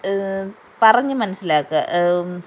പറഞ്ഞ് മനസ്സിലാക്കുക